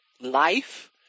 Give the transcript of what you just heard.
life